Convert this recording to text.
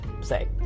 say